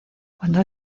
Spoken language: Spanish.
cuando